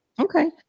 Okay